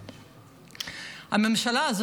מה עם אבי מעוז?